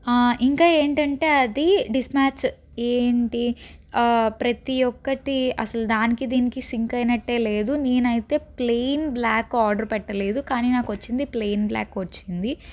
ఇంకా ఏంటంటే అది మిస్మ్యాచ్ ఏ ఏంటి ప్రతీ ఒక్కటి అసలు దానికి దీనికి సింక్ అయినట్టే లేదు నేనైతే ప్లెయిన్ బ్లాక్ ఆర్డర్ పెట్టలేదు కానీ నాకు వచ్చింది ప్లెయిన్ బ్లాక్ వచ్చింది